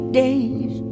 days